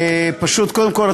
קודם כול,